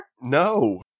No